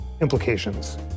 implications